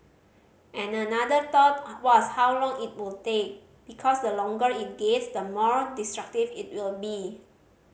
and another thought was how long it would take because the longer it gets the more destructive it will be